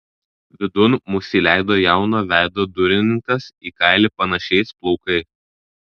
vidun mus įleido jauno veido durininkas į kailį panašiais plaukais